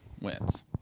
wins